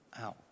out